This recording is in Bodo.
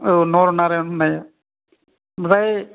औ नरनारायन होननाया ओमफ्राय